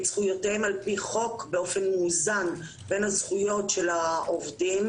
זכויותיהם על פי חוק באופן מאוזן בין הזכויות של העובדים